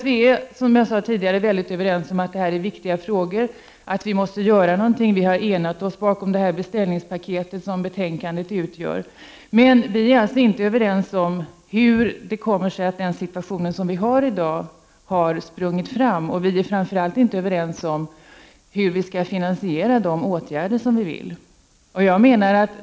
Vi är överens om att det här är viktiga frågor och att vi måste göra någonting. Vi har enat oss om det beställningspaket som betänkandet utgör. Vi är däremot inte överens om hur det kommer sig att dagens situation har sprungit fram. Vi är framför allt inte överens om hur de åtgärder som vi vill vidta skall finansieras.